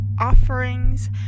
offerings